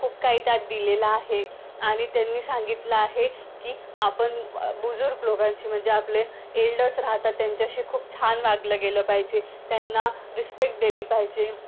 खूप काही त्यात दिलेलं आहे आणि त्यांनी सांगितलं आहे की आपण बुजुर्ग लोकांशी म्हणजे आपले एल्डर्स राहतात त्यांच्याशी खूप छान वागलं गेलं पाहिजे त्यांना रिस्पेक्ट देली पाहिजे